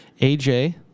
AJ